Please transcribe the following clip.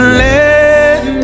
let